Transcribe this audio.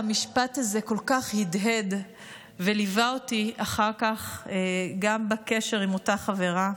המשפט הזה כל כך הדהד וליווה אותי אחר כך גם בקשר עם אותה חברה.